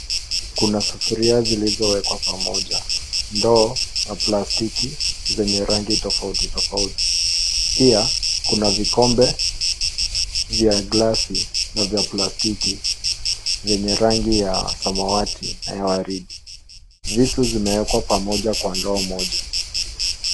Kuna sufuria zilizowekwa pamoja, ndoo ya plastiki zenye rangi tofauti tofauti. Pia kuna vikombe vya glasi na vya plastiki vyenye rangi ya samawati na ya waridi. Visu zimewekwa pamoja kwa ndoo moja.